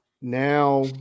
now